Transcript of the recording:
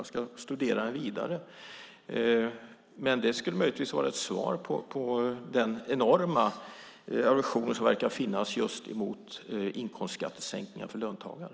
Jag ska studera den vidare, men det skulle möjligtvis vara ett svar på den enorma aversion som verkar finnas just emot inkomstskattesänkningar för löntagare.